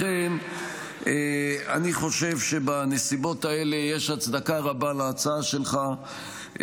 לכן אני חושב שבנסיבות האלה יש הצדקה רבה להצעה שלך,